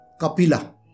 Kapila